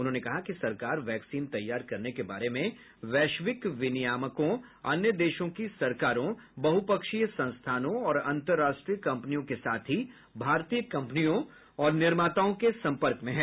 उन्होंने कहा कि सरकार वैक्सीन तैयार करने के बारे में वैश्विक विनियामकों अन्य देशों की सरकारों बहुपक्षीय संस्थानों और अंतर्राष्ट्रीय कम्पनियों के साथ ही भारतीय कम्पनियों और निर्माताओं के सम्पर्क में है